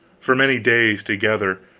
for many days together,